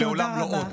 לעולם לא עוד.